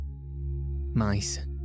Mice